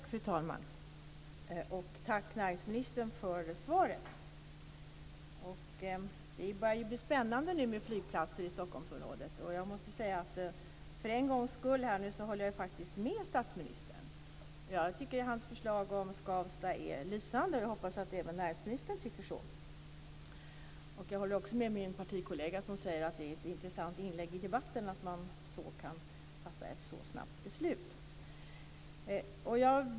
Fru talman! Tack, näringsministern, för svaret! Det börjar bli spännande nu med flygplatser i Stockholmsområdet. Jag måste säga att jag för en gångs skull håller med statsministern - jag tycker att hans förslag om Skavsta är lysande, och jag hoppas att även näringsministern tycker det. Jag håller också med min partikollega som säger att det är ett intressant inlägg i debatten att man kan fatta ett så snabbt beslut.